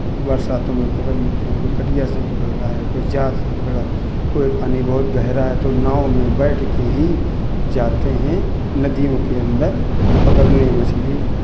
बरसातों में पकड़ लेते हैं कोई कटिया से पकड़ रहा है कोई जाल से पकड़ रहा है कोई पानी बहुत गहरा है तो नाव में बैठ के ही जाते हैं नदियों के अंदर पकड़ने मछली